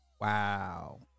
Wow